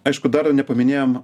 aišku dar nepaminėjom